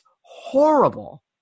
horrible